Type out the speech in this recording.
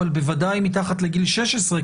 אבל בוודאי מתחת לגיל 16,